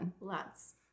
lots